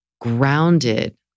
grounded